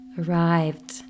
arrived